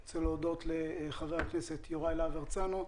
אני רוצה להודות ליוראי להב הרצנו,